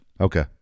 Okay